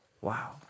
wow